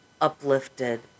uplifted